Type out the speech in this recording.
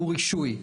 הוא רישוי,